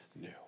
new